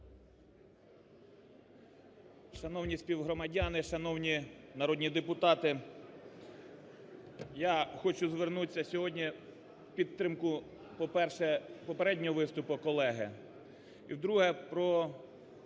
Шановні співгромадяни, шановні народні депутати, я хочу звернутися сьогодні в підтримку, по-перше, попереднього виступу колеги, і, по-друге,